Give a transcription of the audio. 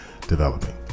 developing